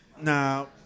Now